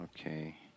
Okay